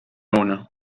una